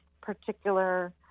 particular